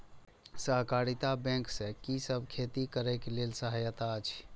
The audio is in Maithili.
सहकारिता बैंक से कि सब खेती करे के लेल सहायता अछि?